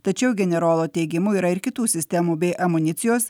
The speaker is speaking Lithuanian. tačiau generolo teigimu yra ir kitų sistemų bei amunicijos